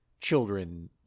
children